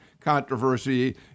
controversy